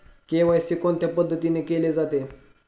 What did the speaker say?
KYC कोणत्या पद्धतीने केले जाते?